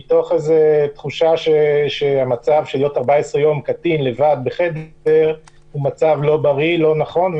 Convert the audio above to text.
מתוך תחושה שמצב של קטין 14 יום לבד בחדר הוא מצב לא בריא ולא נכון.